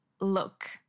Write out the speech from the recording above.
look